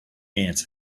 ants